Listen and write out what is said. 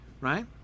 right